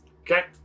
Okay